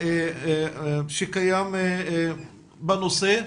הכעס שקיים בנושא.